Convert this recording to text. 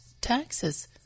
taxes